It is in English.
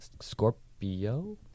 scorpio